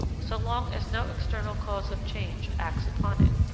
so long as no external cause of change acts upon it.